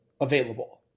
available